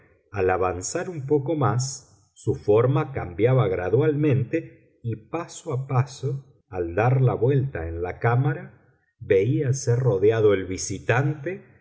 al avanzar un poco más su forma cambiaba gradualmente y paso a paso al dar la vuelta en la cámara veíase rodeado el visitante